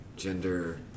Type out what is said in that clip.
gender